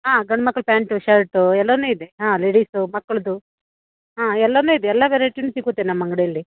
ಹಾಂ ಗಣಿ ಮಕ್ಳು ಪ್ಯಾಂಟು ಶರ್ಟು ಎಲ್ಲನೂ ಇದೆ ಹಾಂ ಲೇಡೀಸು ಮಕ್ಳದ್ದು ಹಾಂ ಎಲ್ಲನೂ ಇದೆ ಎಲ್ಲ ವೆರೈಟಿ ಸಿಗುತ್ತೆ ನಮ್ಮ ಅಂಗಡಿಲಿ